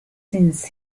since